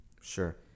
Sure